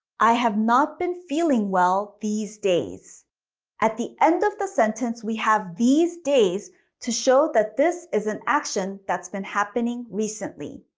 i have not been feeling well these days at the end of the sentence we have these days to show that this is an action that's been happening recently.